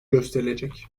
gösterilecek